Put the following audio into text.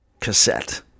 cassette